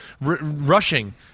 rushing